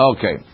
Okay